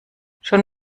schon